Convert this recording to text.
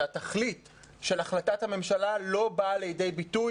שהתכלית של החלטת הממשלה לא באה לידי ביטוי